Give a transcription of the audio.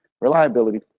reliability